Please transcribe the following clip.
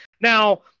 Now